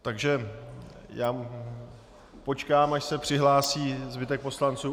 Takže počkám, až se přihlásí zbytek poslanců.